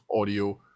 audio